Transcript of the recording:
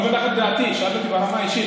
אני אומר לך את דעתי, שאלת אותי ברמה האישית.